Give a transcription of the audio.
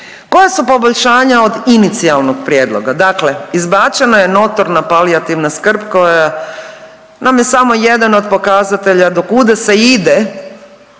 Koja su poboljšanja od inicijalnog prijedloga? Dakle izbačena je notorna palijativna skrb koja nam je samo jedan od pokazatelja do kuda se ide